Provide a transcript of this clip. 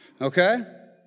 Okay